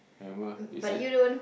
remember you said